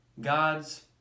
God's